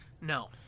No